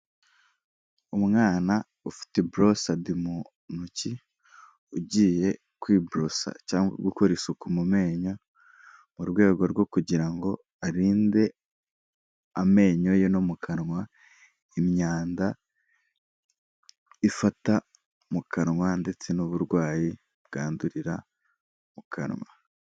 Umwana ufite burosada mu ntoki, ugiye kwiborosa cyangwa gukora isuku mu menyo, mu rwego rwo kugira ngo arinde amenyo ye no mu kanwa imyanda, ifata mu kanwa ndetse n'uburwayi bwandurira mu kanwa.